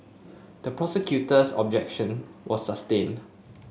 the prosecutor's objection were sustained